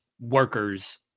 workers